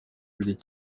birebire